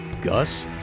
Gus